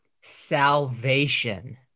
salvation